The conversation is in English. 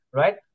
right